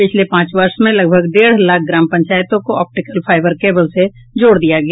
पिछले पांच वर्ष में लगभग डेढ़ लाख ग्राम पंचायतों को ऑप्टिकल फाइबर केबल से जोड़ दिया गया